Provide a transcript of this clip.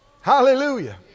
Hallelujah